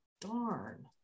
Darn